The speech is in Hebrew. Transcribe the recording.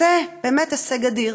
זה באמת הישג אדיר.